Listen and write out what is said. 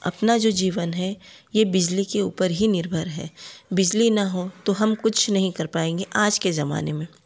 अपना जो जीवन है यह बिजली के ऊपर ही निर्भर है बिजली न हो तो हम कुछ नहीं कर पाएँगे आज के ज़माने में